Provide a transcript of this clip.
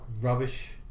rubbish